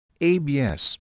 ABS